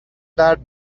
درد